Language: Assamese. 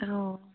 অ'